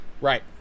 Right